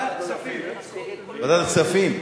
ועדת הכספים.